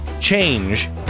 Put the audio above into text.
change